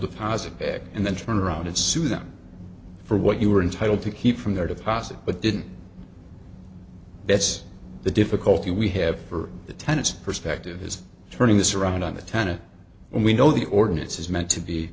deposit back and then turn around and sue them for what you were entitled to keep from their deposit but didn't that's the difficulty we have for the tenants perspective is turning this around on the tenant and we know the ordinance is meant to be